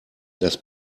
das